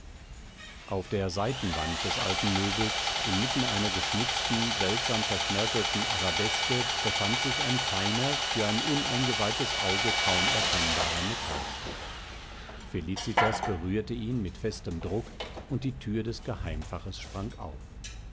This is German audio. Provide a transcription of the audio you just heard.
auf der seitenwand des alten möbels inmitten einer geschnitzten seltsam verschnörkelten arabeske befand sich ein feiner für ein uneingeweihtes auge kaum erkennbarer metallstift felicitas berührte ihn mit festem druck und die thür des geheimfaches sprang auf